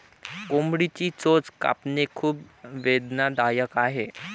कोंबडीची चोच कापणे खूप वेदनादायक आहे